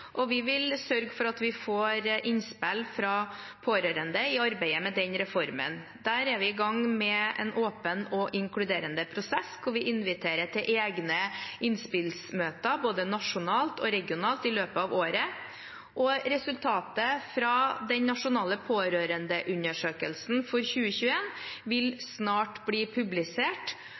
og vi vil sørge for at vi får innspill fra pårørende i arbeidet med den reformen. Der er vi i gang med en åpen og inkluderende prosess, og vi inviterer til egne innspillsmøter både nasjonalt og regionalt i løpet av året. Også resultatet fra den nasjonale pårørendeundersøkelsen for 2021 vil snart bli publisert.